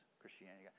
Christianity